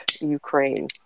Ukraine